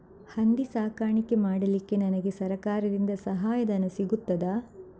ಹಂದಿ ಸಾಕಾಣಿಕೆ ಮಾಡಲಿಕ್ಕೆ ನನಗೆ ಸರಕಾರದಿಂದ ಸಹಾಯಧನ ಸಿಗುತ್ತದಾ?